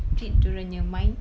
trick dia orang punya mind